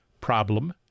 Problem